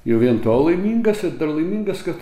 jau vien to laimingas ir dar laimingas kad